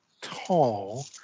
tall